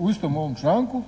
u istom ovom članku